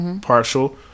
partial